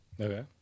Okay